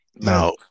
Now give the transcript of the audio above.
Now